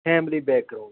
family background